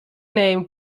name